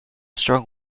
strong